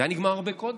זה היה נגמר הרבה קודם.